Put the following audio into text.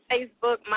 Facebook